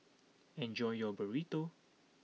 enjoy your Burrito